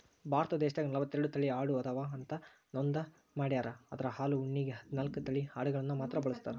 ಭಾರತ ದೇಶದಾಗ ನಲವತ್ತೆರಡು ತಳಿ ಆಡು ಅದಾವ ಅಂತ ನೋಂದ ಮಾಡ್ಯಾರ ಅದ್ರ ಹಾಲು ಉಣ್ಣೆಗೆ ಹದ್ನಾಲ್ಕ್ ತಳಿ ಅಡಗಳನ್ನ ಮಾತ್ರ ಬಳಸ್ತಾರ